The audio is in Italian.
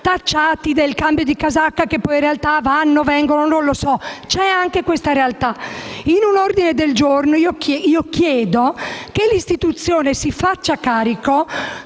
In un ordine del giorno chiedo che l'Istituzione si faccia carico